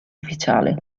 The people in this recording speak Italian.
ufficiale